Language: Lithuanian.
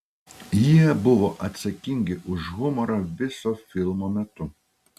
jie buvo atsakingi už humorą viso filmo metu